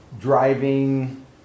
driving